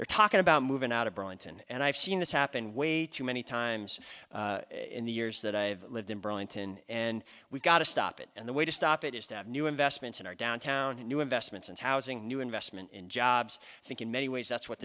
they talking about moving out of bronson and i've seen this happen way too many times in the years that i've lived in burlington and we've got to stop it and the way to stop it is to have new investments in our downtown new investments in housing new investment in jobs i think in many ways that's what